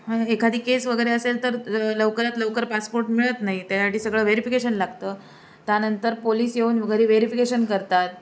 एखादी केस वगैरे असेल तर लवकरात लवकर पासपोर्ट मिळत नाही त्यासाठी सगळं व्हेरिफिकेशन लागतं त्यानंतर पोलिस येऊन वगैरे व्हेरिफिकेशन करतात